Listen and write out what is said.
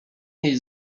jej